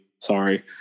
sorry